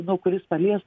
nu kuris palies